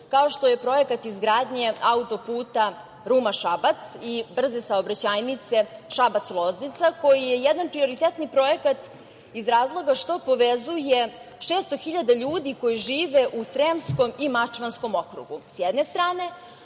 kao što je Projekat izgradnje autoputa Ruma – Šabac i brze saobraćajnice Šabac – Loznica, koji je jedan prioritetni projekat iz razloga što povezuje 600 hiljada ljudi koji žive u Sremskom i Mačvanskom okrugu,